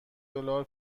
دلار